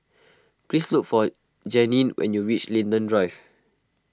please look for Janene when you reach Linden Drive